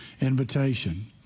invitation